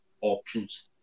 options